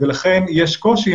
ולכן יש קושי,